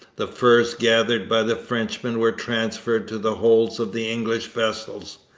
the furs gathered by the frenchmen were transferred to the holds of the english vessels,